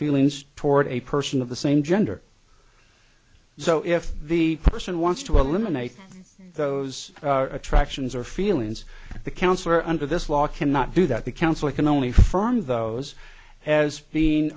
feelings toward a person of the same gender so if the person wants to eliminate those attractions or feelings the counsellor under this law cannot do that the counselor can only firm those as being